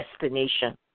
destination